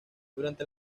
durante